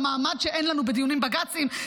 והמעמד שאין לנו בדיונים בג"ציים,